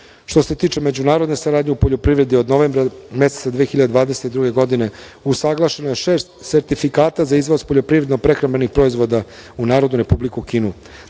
se tiče međunarodne saradnje u poljoprivredi, od novembra meseca 2022. godine usaglašeno je šest sertifikata za izvoz poljoprivredno-prehrambenih proizvoda u NR Kinu.